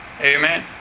Amen